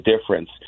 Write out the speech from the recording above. difference